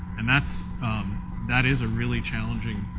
and that's that is a really challenging